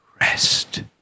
rest